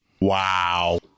Wow